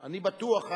אני בטוח,